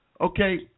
Okay